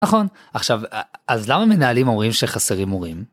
נכון עכשיו אז למה מנהלים אומרים שחסרים מורים.